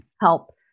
help